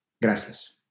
Gracias